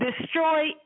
destroy